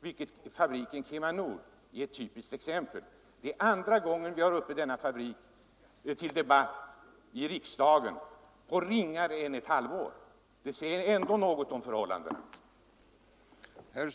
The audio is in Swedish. och det är KemaNord ett typiskt exempel på. Det är andra gången på kortare tid än ett halvår som denna fabrik debatteras i riksdagen. Det säger ändå något om förhållandena där.